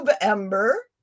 ember